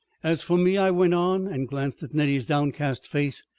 as for me, i went on, and glanced at nettie's downcast face,